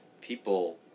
people